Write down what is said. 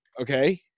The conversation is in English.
okay